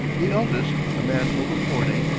the eldest, a man over forty,